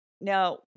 Now